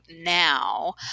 now